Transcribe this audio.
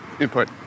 input